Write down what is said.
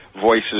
voices